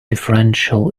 differential